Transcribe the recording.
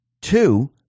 Two